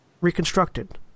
reconstructed